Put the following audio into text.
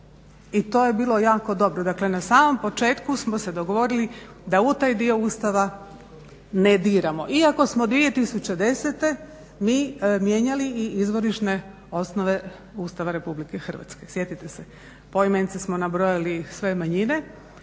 i to je bilo jako dobro. Dakle na samom početku smo se dogovorili da u taj dio Ustava ne diramo iako smo 2010. mi mijenjali i izvorišne osnove Ustava Republike Hrvatske. Sjetite se, poimence smo nabrojali sve manjine